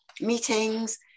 meetings